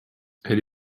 elle